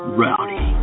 rowdy